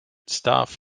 staff